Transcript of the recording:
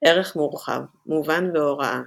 ערך מורחב – מובן והוראה